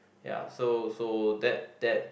ya so so that that